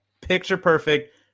picture-perfect